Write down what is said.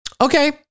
Okay